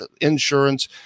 insurance